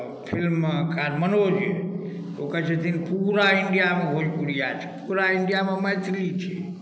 फिल्ममे काज मनोज ओ कहैत छथिन पूरा इंडियामे भोजपुरिया छै पूरा इंडियामे मैथिली छै